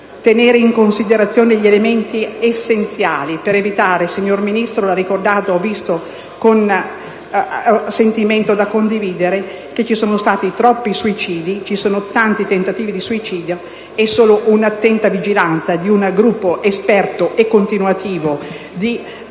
tenere in considerazione gli elementi essenziali, signor Ministro, e ho visto che ha ricordato, con sentimento da condividere, che ci sono stati troppi suicidi e tanti tentativi di suicidio: solo un'attenta vigilanza di un gruppo esperto e continuativo di